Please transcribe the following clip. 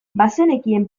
bazenekien